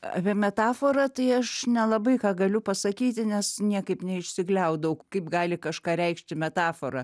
apie metaforą tai aš nelabai ką galiu pasakyti nes niekaip neišsigliaudau kaip gali kažką reikšti metafora